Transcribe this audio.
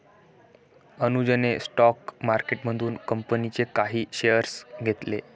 अनुजने स्टॉक मार्केटमधून कंपनीचे काही शेअर्स घेतले